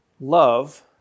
Love